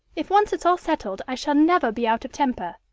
if once it's all settled i shall never be out of temper.